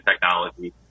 technology